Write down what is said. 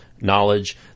knowledge